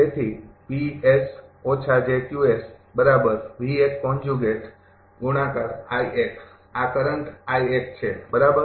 તેથી આ કરંટ છે બરાબર